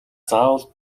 заавал